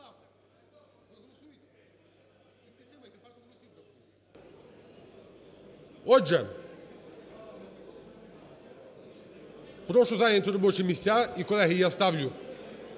Отже, прошу зайняти робочі місця. І, колеги, я ставлю